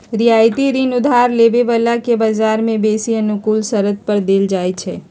रियायती ऋण उधार लेबे बला के बजार से बेशी अनुकूल शरत पर देल जाइ छइ